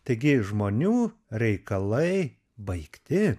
taigi žmonių reikalai baigti